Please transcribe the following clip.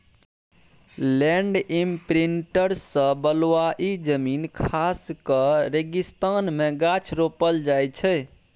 land imprinter सँ बलुआही जमीन खास कए रेगिस्तान मे गाछ रोपल जाइ छै